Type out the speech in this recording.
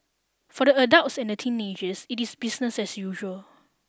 for the adults and the teenagers it is business as usual